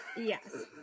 Yes